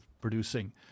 producing